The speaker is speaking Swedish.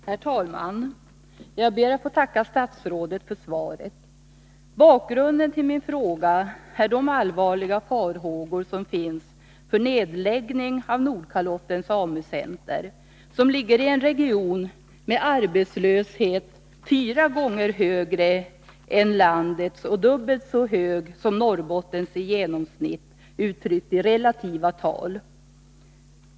Herr talman! Jag ber att få tacka statsrådet för svaret. Måndagen den Bakgrunden till min fråga är de allvarliga farhågor som finns för 30 maj 1983 nedläggning av Nordkalottens AMU-center. Detta ligger i en region med en arbetslöshet som är fyra gånger högre än landets och dubbelt så hög som Om verksamheten Norrbottens i genomsnitt, uttryckt i relativa tal.